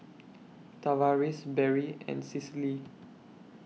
Tavaris Berry and Cicely